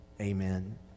Amen